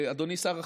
אדוני שר החקלאות,